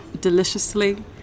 deliciously